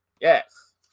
yes